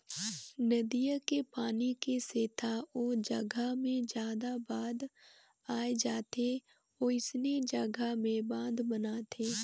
नदिया के पानी के सेथा ओ जघा मे जादा बाद आए जाथे वोइसने जघा में बांध बनाथे